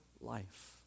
life